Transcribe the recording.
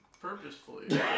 purposefully